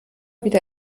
wieder